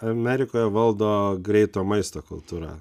amerikoje valdo greito maisto kultūra